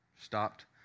stopped